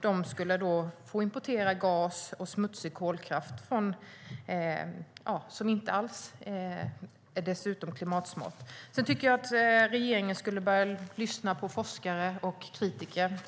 De skulle få importera gas och smutsig kolkraft som dessutom inte alls är klimatsmart. Regeringen borde börja lyssna på forskare och kritiker.